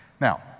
Now